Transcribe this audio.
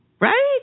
right